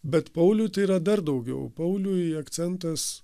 bet pauliui tai yra dar daugiau pauliui akcentas